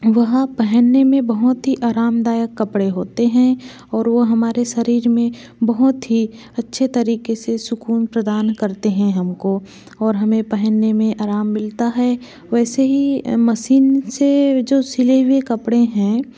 वह पहनने में बहुत ही आरामदायक कपड़े होते हैं और वो हमारे शरीर में बहुत ही अच्छे तरीके से सुकून प्रदान करते हैं हमको और हमें पहनने में आराम मिलता है वैसे ही मसीन से जो सिले हुए कपड़े हैं